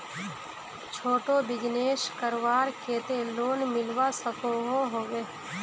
छोटो बिजनेस करवार केते लोन मिलवा सकोहो होबे?